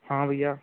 हाँ भैया